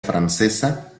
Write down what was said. francesa